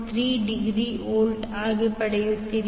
3 degree volt ಆಗಿ ಪಡೆಯುತ್ತೀರಿ